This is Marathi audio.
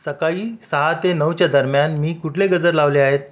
सकाळी सहा ते नऊच्या दरम्यान मी कुठले गजर लावले आहेत